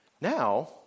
Now